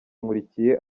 nkurikiye